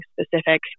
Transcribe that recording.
specific